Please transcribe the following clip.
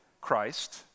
Christ